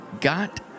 got